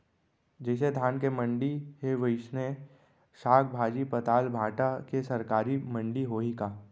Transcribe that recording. जइसे धान के मंडी हे, वइसने साग, भाजी, पताल, भाटा के सरकारी मंडी होही का?